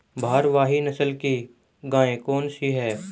भारवाही नस्ल की गायें कौन सी हैं?